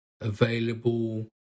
available